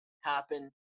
happen